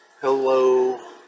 Hello